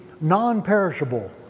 non-perishable